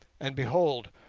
and behold!